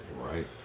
Right